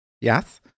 Yes